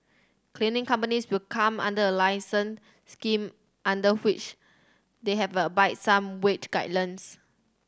cleaning companies will come under a licensing scheme under which they have abide by some wage guidelines